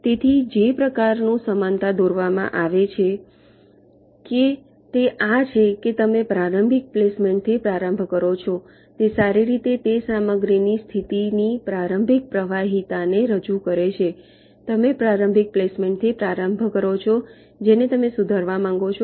તેથી જે પ્રકારનું સમાનતા દોરવામાં આવે છે તે આ છે કે તમે પ્રારંભિક પ્લેસમેન્ટ થી પ્રારંભ કરો છો તે સારી રીતે તે સામગ્રીની સ્થિતિની પ્રારંભિક પ્રવાહિતાને રજૂ કરે છે તમે પ્રારંભિક પ્લેસમેન્ટ થી પ્રારંભ કરો જેને તમે સુધારવા માંગો છો